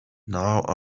now